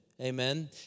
Amen